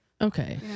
Okay